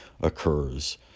occurs